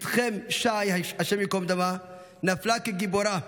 בתכם שי, השם ייקום דמה, נפלה כגיבורה.